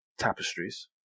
tapestries